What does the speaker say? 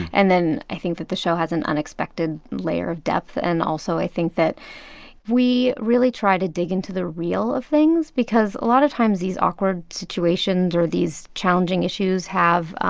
and then i think that the show has an unexpected layer of depth. and also, i think that we really try to dig into the real of things because, a lot of times, these awkward situations or these challenging issues have ah